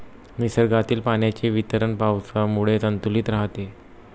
निसर्गातील पाण्याचे वितरण पावसामुळे संतुलित राहते